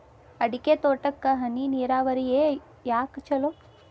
ಅಡಿಕೆ ತೋಟಕ್ಕ ಹನಿ ನೇರಾವರಿಯೇ ಯಾಕ ಛಲೋ?